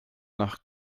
nach